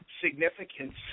significance